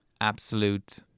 absolute